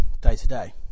day-to-day